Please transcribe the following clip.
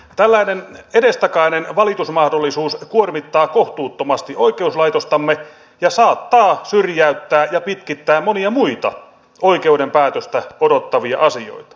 tällainen edestakainen valitusmahdollisuus kuormittaa kohtuuttomasti oikeuslaitostamme ja saattaa syrjäyttää ja pitkittää monia muita oikeuden päätöstä odottavia asioita